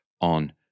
on